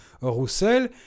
Roussel